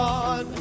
on